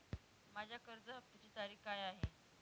माझ्या कर्ज हफ्त्याची तारीख काय आहे?